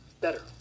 better